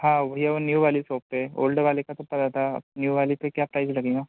हाँ वही है न्यू वाली शॉप पर ओल्ड वाले का तो पता था न्यू वाले पर क्या प्राइज़ लगेगा